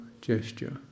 gesture